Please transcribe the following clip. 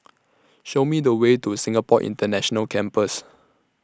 Show Me The Way to Singapore International Campus